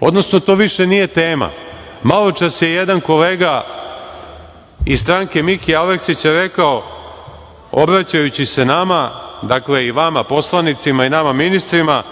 Odnosno, to više nije tema. Maločas je jedan kolega iz stranke Mikija Aleksića rekao, obraćajući se nama i vama poslanicima, dakle i nama ministrima,